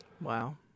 Wow